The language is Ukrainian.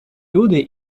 люди